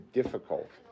difficult